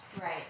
Right